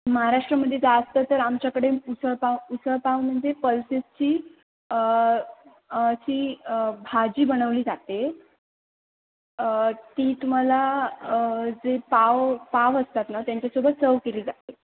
महाराष्ट्रामध्ये जास्त तर आमच्याकडे उसळपाव उसळपाव म्हणजे पल्सेसची अशी भाजी बनवली जाते ती तुम्हाला जे पाव पाव असतात ना त्यांच्यासोबत सव केली जाते